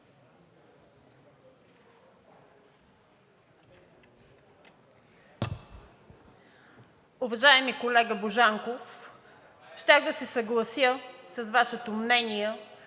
Уважаеми колега Божанков! Щях да се съглася с Вашето мнение,